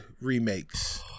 remakes